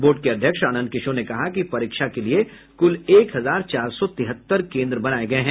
board के अध्यक्ष आनंद किशोर ने कहा कि परीक्षा के लिये कुल एक हजार चार सौ तिहत्तर केन्द्र बनाये गये हैं